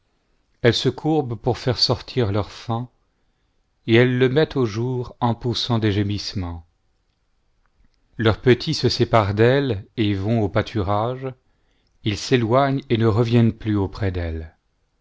elles se courbent pour faire sortir leur faon et elles le mettent au jour en poussant des gémissements leurs petits se séparent d'elles et vont aux pâturages ils s'éloignent et ne reviennent plus auprès d'elles